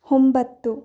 ಒಂಬತ್ತು